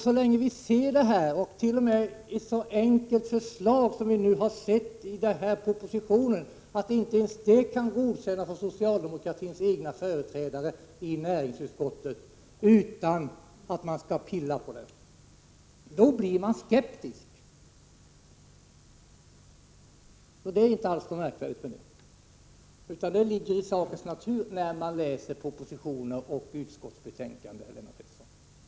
Så länge som inte ens ett så enkelt förslag som det som framförs i denna proposition kan godkännas av socialdemokratins egna företrädare i näringsutskottet utan att de skall pilla på det, blir man skeptisk. Det är inte alls något 53 märkvärdigt med detta, utan det ligger i sakens natur, när man läser propositioner och utskottsbetänkanden, Lennart Pettersson.